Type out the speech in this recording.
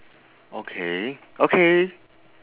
okay okay